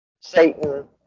Satan